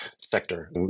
sector